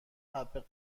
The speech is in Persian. حبه